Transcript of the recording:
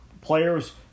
players